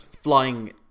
Flying